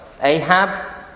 Ahab